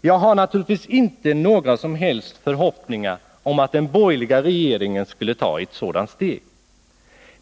Jag har naturligtvis inte några som helst förhoppningar om att den borgerliga regeringen skall ta ett sådant steg.